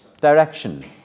direction